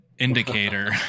Indicator